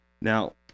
now